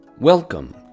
Welcome